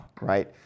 right